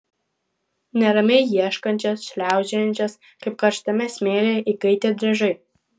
neramiai ieškančias šliaužiojančias kaip karštame smėlyje įkaitę driežai